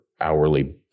hourly